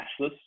cashless